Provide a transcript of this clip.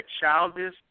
childish